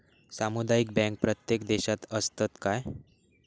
सामुदायिक बँक प्रत्येक देशात असतत काय?